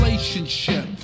relationship